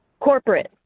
corporate